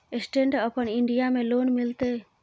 Stand up India में लोन मिलते?